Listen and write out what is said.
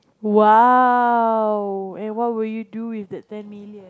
!wow! and what will you do with that ten million